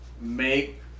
make